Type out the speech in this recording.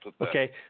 Okay